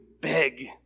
beg